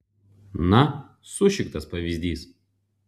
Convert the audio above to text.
na sušiktas pavyzdys